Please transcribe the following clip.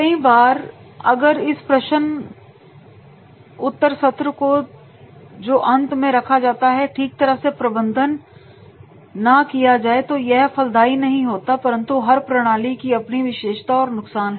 कई बार अगर इस प्रशन होता सत्र को जो अंत में रखा जाता है ठीक तरह से प्रबंध इतना किया जाए तो यह फलदाई नहीं होता परंतु हर प्रणाली की अपनी विशेषता एवं नुकसान होते ही हैं